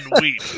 weep